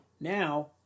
Now